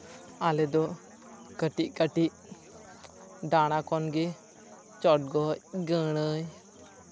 ᱟᱞᱮ ᱫᱚ ᱠᱟᱹᱴᱤᱡ ᱠᱟᱹᱴᱤᱡ ᱰᱟᱸᱲᱟ ᱠᱷᱚᱱ ᱜᱮ ᱪᱚᱰᱜᱚᱡ ᱜᱟᱹᱲᱟᱹᱭ